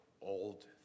old